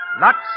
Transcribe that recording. Lux